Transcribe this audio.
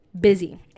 busy